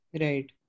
Right